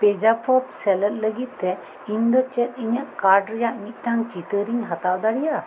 ᱯᱮᱡᱟᱯ ᱥᱮᱞᱮᱫ ᱞᱟᱹᱜᱤᱫᱛᱮ ᱤᱧᱫᱚ ᱪᱮᱫ ᱤᱧᱟᱹᱜ ᱠᱟᱨᱰ ᱨᱮᱱᱟᱜ ᱢᱤᱫᱴᱟᱝ ᱪᱤᱛᱟᱹᱨᱤᱧ ᱦᱟᱛᱟᱣ ᱫᱟᱲᱮᱭᱟᱜᱼᱟ